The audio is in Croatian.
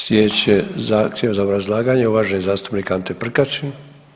Sljedeći zahtjev za obrazlaganje uvaženi zastupnik Ante Prkačin.